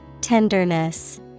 Tenderness